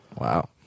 Wow